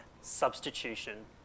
substitution